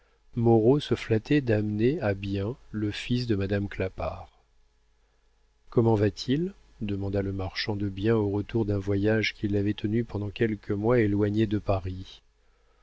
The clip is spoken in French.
moreau se flattait d'amener à bien le fils de madame clapart comment va-t-il demanda le marchand de biens au retour d'un voyage qui l'avait tenu pendant quelques mois éloigné de paris